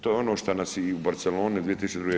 To je ono što nas i u Barceloni 2002.